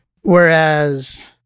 Whereas